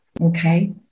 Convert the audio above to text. okay